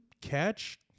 catch